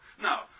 No